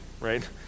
right